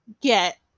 get